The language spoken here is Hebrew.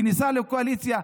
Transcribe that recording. בכניסה לקואליציה.